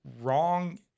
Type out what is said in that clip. wrong